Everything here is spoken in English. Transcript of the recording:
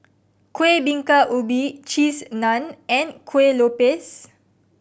Kuih Bingka Ubi Cheese Naan and kue lupis